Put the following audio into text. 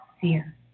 fear